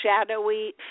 shadowy